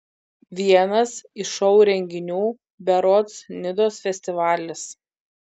vienas iš šou renginių berods nidos festivalis